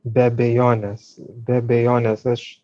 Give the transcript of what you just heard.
be abejonės be abejonės aš